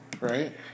right